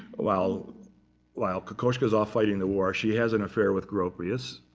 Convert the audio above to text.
while while kokoschka is off fighting the war, she has an affair with gropius.